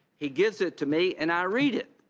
he gives it to me and i read it.